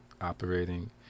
operating